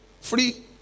free